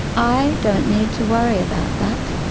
i don't need to worry about that.